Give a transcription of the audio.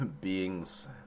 beings